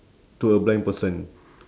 to a blind person